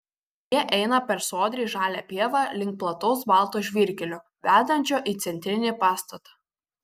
jie eina per sodriai žalią pievą link plataus balto žvyrkelio vedančio į centrinį pastatą